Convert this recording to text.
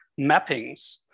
mappings